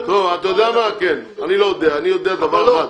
אני יודע דבר אחד,